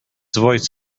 voice